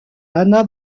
hanna